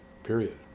period